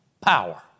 Power